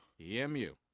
EMU